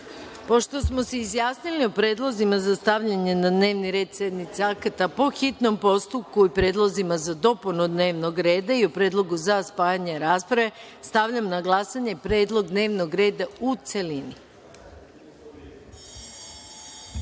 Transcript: smo se izjasnili o predlozima za stavljanje na dnevni red sednice akata po hitnom postupku, predlozima za dopunu dnevnog reda i o predlogu za spajanje rasprave, stavljam na glasanje predlog dnevnog reda u